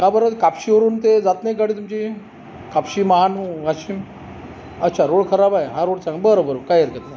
का बरं कापशीवरून ते जात नाही का गाडी तुमची कापशी महा वाशिम अच्छा रोड खराब आहे हा रोड चां बरं बरं काही हरकत नाही